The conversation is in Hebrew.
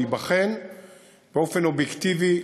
הוא ייבחן באופן אובייקטיבי,